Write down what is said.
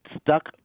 stuck